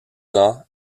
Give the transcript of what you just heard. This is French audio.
ans